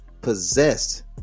possessed